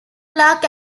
clark